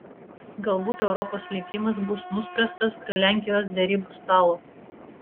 galbūt europos likimas bus nuspręstas prie lenkijos derybų stalo